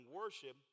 worship